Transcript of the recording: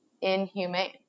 inhumane